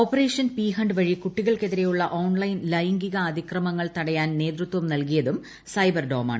operation P hunt വഴി കുട്ടികൾക്കെതിരെയുള്ള online ലൈംഗികാതിക്രമങ്ങൾ തടയാൻ നേതൃത്വം നൽകി യതും സൈബർ ഡോമാണ്